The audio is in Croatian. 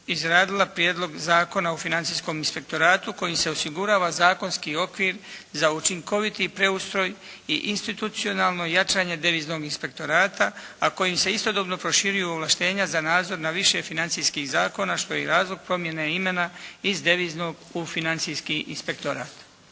izradila Prijedlog zakona o Financijskom inspektoratu kojim se osigurava zakonski okvir za učinkoviti preustroj i institucionalno jačanje Deviznog inspektorata, a kojim se istodobno proširuju ovlaštenja za nadzor na više financijskih zakona što je i razlog promjene imena iz deviznog u financijski inspektorat.